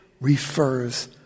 refers